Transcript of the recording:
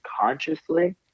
consciously